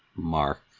Mark